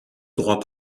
droit